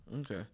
Okay